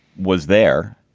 was there